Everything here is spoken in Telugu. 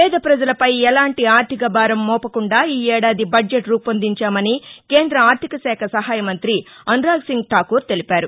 పేద పజలపై ఎలాంటి ఆర్ధిక భారం మోపకుండా ఈ ఏడాది బద్దెట్ రూపొందించామని కేంద ఆర్ధిక శాఖ సహాయ మంతి అసురాగ్సింగ్ ఠాకూర్ తెలిపారు